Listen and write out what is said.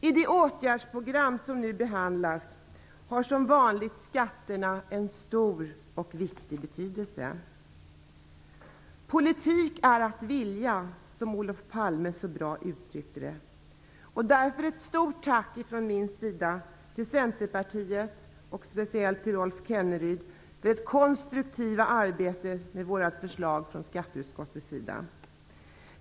I det åtgärdsprogram som nu behandlas har som vanligt skatterna en stor och viktig betydelse. Fru talman! "Politik är att vilja", som Olof Palme så bra uttryckte det. Därför ett stort tack från min sida till Centerpartiet och speciellt till Rolf Kenneryd för det konstruktiva arbetet med våra förslag från skatteutskottet.